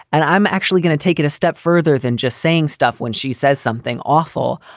and i'm actually going to take it a step further than just saying stuff when she says something awful.